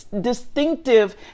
distinctive